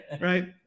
right